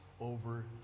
over